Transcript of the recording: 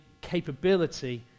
capability